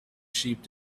sheep